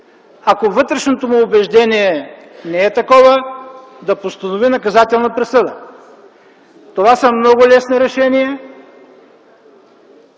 ако вътрешното му убеждение не е такова, да постанови наказателна присъда. Това са много лесни решения